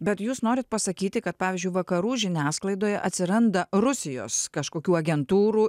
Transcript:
bet jūs norit pasakyti kad pavyzdžiui vakarų žiniasklaidoje atsiranda rusijos kažkokių agentūrų